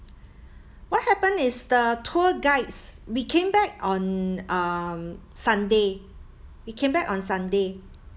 what happened is the tour guides we came back on um sunday we came back on sunday